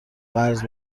قرض